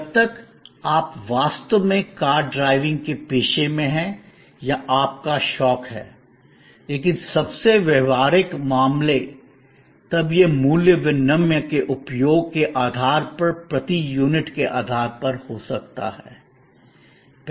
जब तक आप वास्तव में कार ड्राइविंग के पेशे में हैं या यह आपका शौक है लेकिन सबसे व्यावहारिक मामले तब यह मूल्य विनिमय के उपयोग के आधार पर प्रति यूनिट के आधार पर हो सकता है